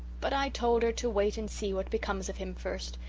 but i told her to wait and see what becomes of him first.